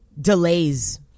delays